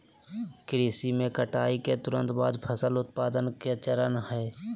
कृषि में कटाई के तुरंत बाद फसल उत्पादन के चरण हइ